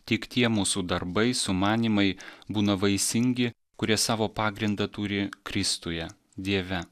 tik tie mūsų darbai sumanymai būna vaisingi kurie savo pagrindą turi kristuje dieve